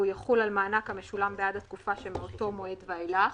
והוא יחול על מענק המשולם בעד התקופה שמאותו מועד ואילך.